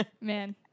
Man